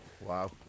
Wow